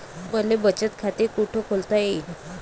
मले बचत खाते कुठ खोलता येईन?